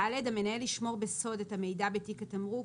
(ד)המנהל ישמור בסוד את המידע בתיק התמרוק,